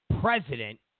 president